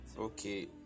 Okay